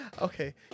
Okay